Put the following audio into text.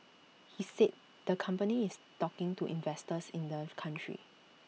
he said the company is talking to investors in the country